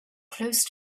close